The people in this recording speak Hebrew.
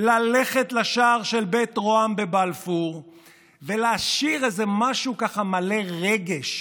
ללכת לשער של בית רה"מ בבלפור ולשיר איזה משהו מלא רגש,